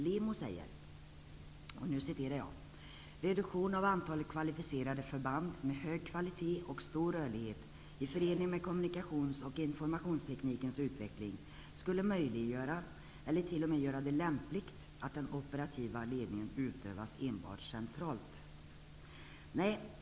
LEMO säger: Reduktion av antalet kvalificerade förband med hög kvalitet och stor rörlighet i förening med kommunikations och informationsteknikens utveckling skulle möjliggöra -- eller t.o.m. göra det lämpligt -- att den operativa ledningen utövas enbart centralt.